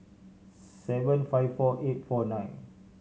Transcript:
seven five four eight four nine